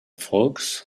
volks